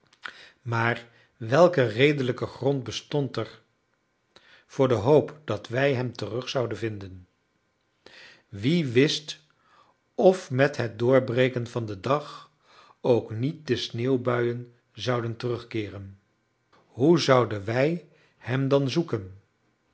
maar welke redelijke grond bestond er voor de hoop dat wij hem terug zouden vinden wie wist of met het doorbreken van den dag ook niet de sneeuwbuien zouden terugkeeren hoe zouden wij hem dan zoeken